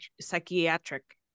psychiatric